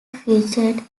featured